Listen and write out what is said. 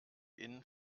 innen